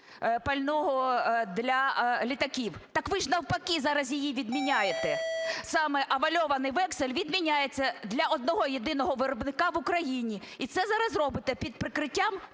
пального для літаків. Так ви ж навпаки зараз її відміняєте, саме авальований вексель відміняється для одного єдиного виробника в Україні. І це зараз робите під прикриттям